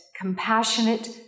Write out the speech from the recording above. compassionate